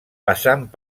passant